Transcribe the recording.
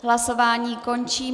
Hlasování končím.